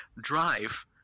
drive